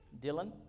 Dylan